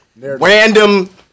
random